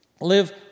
Live